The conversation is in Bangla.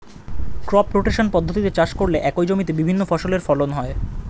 ক্রপ রোটেশন পদ্ধতিতে চাষ করলে একই জমিতে বিভিন্ন ফসলের ফলন হয়